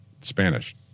Spanish